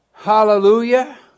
Hallelujah